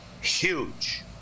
huge